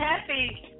happy